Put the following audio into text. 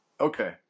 Okay